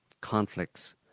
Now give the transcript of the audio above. conflicts